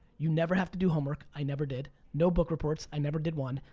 you never have to do homework, i never did. no book reports, i never did one.